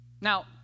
now